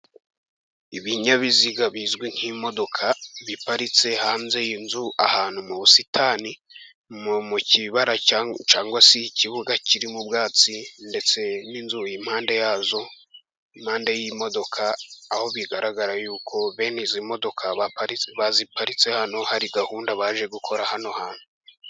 Ibinyabiziga bizwi nk'imodoka, biparitse hanze y'inzu ahantu mu busitani mu kibara cyangwa se ikibuga kiririmo ubwatsi ndetse n'inzu, impande yazo mpande y'imodoka aho bigaragara yuko, bene izo modoka baziparitse hano hari gahunda baje gukora hano hantu.